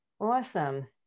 Awesome